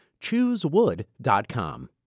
Choosewood.com